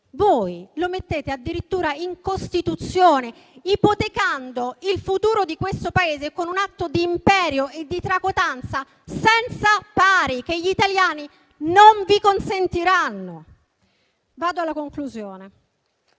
Voi lo mettete addirittura in Costituzione, ipotecando il futuro di questo Paese con un atto di imperio e di tracotanza senza pari, che gli italiani non vi consentiranno. Vado alla conclusione,